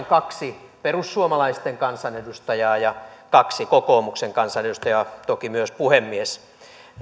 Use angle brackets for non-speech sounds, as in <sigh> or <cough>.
<unintelligible> kaksi perussuomalaisten kansanedustajaa ja kaksi kokoomuksen kansanedustajaa toki myös puhemies